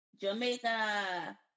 Jamaica